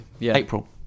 April